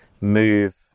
move